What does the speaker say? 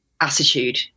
attitude